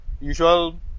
Usual